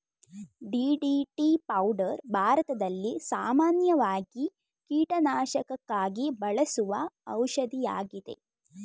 DDT powder ಭಾರತದಲ್ಲಿ ಸಾಮಾನ್ಯವಾಗಿ ಕೀಟನಾಶಕಕ್ಕಾಗಿ ಬಳಸುವ ಔಷಧಿಯಾಗಿದೆ